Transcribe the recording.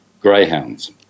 greyhounds